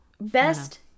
Best